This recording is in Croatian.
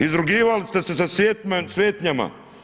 Izrugivali ste se sa svetinjama.